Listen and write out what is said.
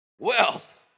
wealth